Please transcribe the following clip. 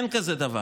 אין כזה דבר.